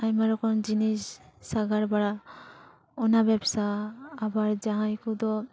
ᱟᱭᱢᱟ ᱨᱚᱠᱚᱢ ᱡᱤᱱᱤᱥ ᱥᱟᱜᱟᱲ ᱵᱟᱲᱟ ᱚᱱᱟ ᱵᱮᱵᱥᱟ ᱟᱵᱟᱨ ᱡᱟᱦᱟᱸᱭ ᱠᱚᱫᱚ